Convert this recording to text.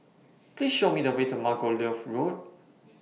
Please Show Me The Way to Margoliouth Road